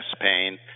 pain